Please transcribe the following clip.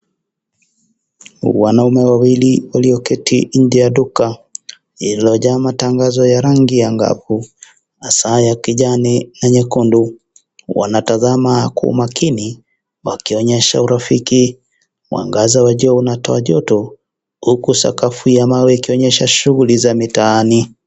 Wanaume wawili walioketi nje ya duka lililojaa matangazo ya rangi ya ngabu na Saa ya kijani na nyekundu. Wanatazama Kwa umakini wakionyesha urafiki, mwangaza wa juu unatoa joto huku sakafu ya mawe ikionyesha shughuli za mitaani.